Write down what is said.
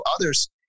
others